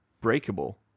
breakable